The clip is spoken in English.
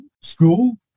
school